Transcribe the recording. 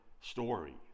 story